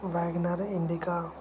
Wagon R Indica